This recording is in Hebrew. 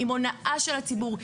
עם הונאה של הציבור,